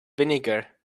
vinegar